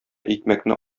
икмәкне